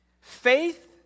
faith